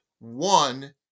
one